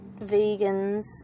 vegans